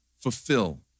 fulfill